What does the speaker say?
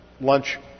lunch